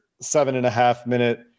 seven-and-a-half-minute